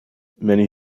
many